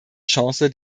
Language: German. chance